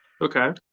Okay